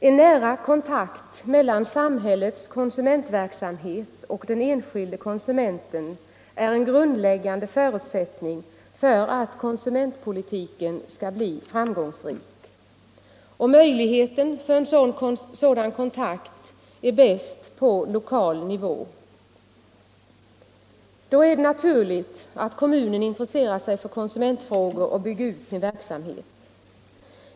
En nära kontakt mellan samhällets konsumentverksamhet och den enskilde konsumenten är en grundläggande förutsättning för att konsumentpolitiken skall bli framgångsrik, och möjligheterna för en sådan kontakt är bäst på lokal nivå. Då är det naturligt att kommunen intresserar sig för konsumentfrågor och bygger ut sin verksamhet.